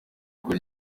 kujya